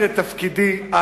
להעביר בהקדם את תפקידי הלאה,